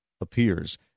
appears